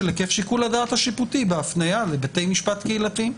של היקף שיקול הדעת השיפוטי בהפניה לבתי משפט קהילתיים.